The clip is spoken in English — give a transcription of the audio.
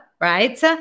right